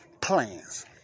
plans